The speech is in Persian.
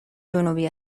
جنوبی